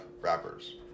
rappers